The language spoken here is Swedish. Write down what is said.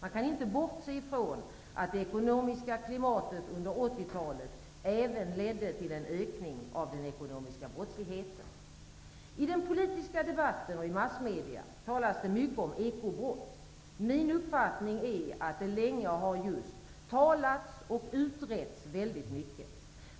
Vi kan inte bortse ifrån att det ekonomiska klimatet under 80-talet även ledde till en ökning av den ekonomiska brottsligheten. I den politiska debatten och i massmedia talas det mycket om ekobrott. Min uppfattning är att det länge har just talats och utretts väldigt mycket.